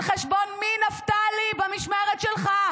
על חשבון מי, נפתלי, במשמרת שלך?